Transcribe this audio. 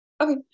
Okay